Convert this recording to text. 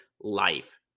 life